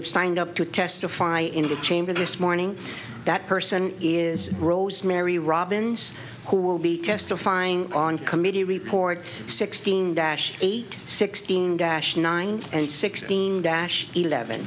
have signed up to testify in the chamber this morning that person is rosemary robbins who will be testifying on committee report sixteen dash eight sixteen dash nine and sixteen dash eleven